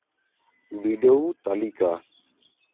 ᱵᱤᱰᱟᱹᱣ ᱛᱟᱹᱞᱤᱠᱟ